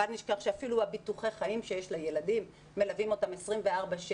בל נשכח שאפילו ביטוחי החיים שיש לילדים מלווים אותם 24/7,